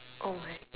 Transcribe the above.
oh my